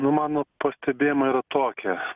na mano pastebėjimai yra tokie